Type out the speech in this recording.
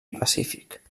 pacífic